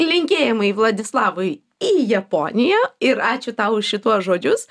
linkėjimai vladislavui į japoniją ir ačiū tau už šituos žodžius